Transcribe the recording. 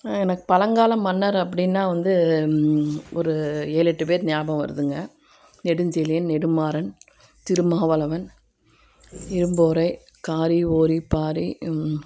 எனக்கு பழங்கால மன்னர் அப்படின்னா வந்து ஒரு ஏழு எட்டு பேர் ஞாபகம் வருதுங்க நெடுஞ்செழியன் நெடுமாறன் திருமாவளவன் இரும்பொறை காரி ஓரி பாரி